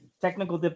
technical